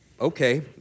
Okay